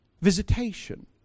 Visitation